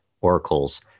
oracles